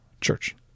church